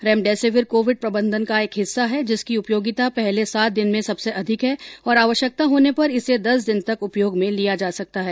remdesivir Covid प्रबन्धन का एक हिस्सा है जिसकी उपयोगिता पहले सात दिन में सबसे अधिक है और आवश्यकता होने पर इसे दस दिन तक उपयोग में लिया जा सकता है